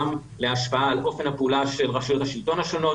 גם להשפעה על אופן הפעולה של רשויות השלטון השונות.